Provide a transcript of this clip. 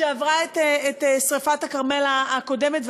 שעברה את שרפת הכרמל הקודמת,